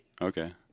Okay